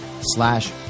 slash